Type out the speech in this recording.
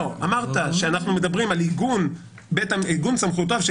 אמרת שאנחנו מדברים על עיגון סמכויותיו של